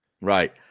Right